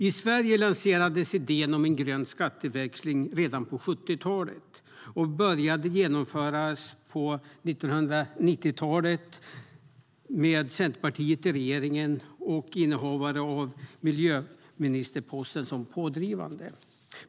I Sverige lanserades idén om en grön skatteväxling redan på 1970-talet, och den började genomföras på 1990-talet, med Centerpartiet som pådrivande i regeringen och som innehavare av miljöministerposten.